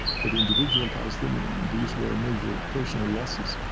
for the individual palestinian, these were major personal losses.